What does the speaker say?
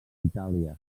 itàlia